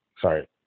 sorry